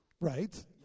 Right